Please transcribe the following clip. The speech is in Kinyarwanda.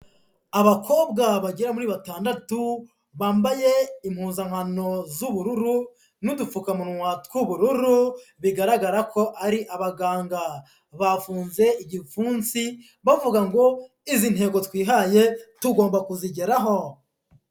Abakobwa bagera muri batandatu, bambaye impuzankano z'ubururu n'udupfukamunwa tw'ubururu, bigaragara ko ari abaganga, bafunze igipfunsi bavuga ngo izi ntego twihaye tugomba kuzigeraho.